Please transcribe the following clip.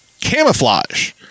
camouflage